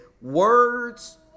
words